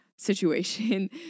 situation